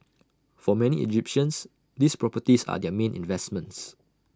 for many Egyptians these properties are their main investments